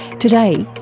today,